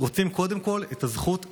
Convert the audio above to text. רוצים קודם כול את הזכות לחיות.